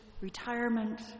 retirement